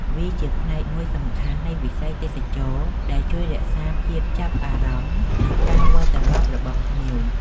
វាជាផ្នែកមួយសំខាន់នៃវិស័យទេសចរណ៍ដែលជួយរក្សាភាពចាប់អារម្មណ៍ និងការវិលត្រឡប់របស់ភ្ញៀវ។